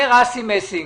אומר אסי מסינג,